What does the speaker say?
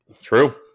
True